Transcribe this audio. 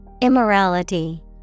Immorality